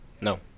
No